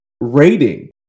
rating